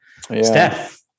Steph